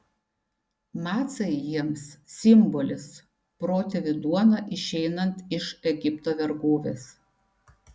macai jiems simbolis protėvių duona išeinant iš egipto vergovės